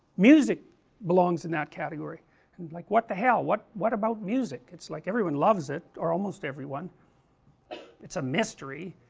music belongs in that category and like, what the hell, what what about music, it's like everyone loves it, or almost everyone it's a mystery,